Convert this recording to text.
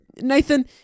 Nathan